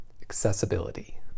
Accessibility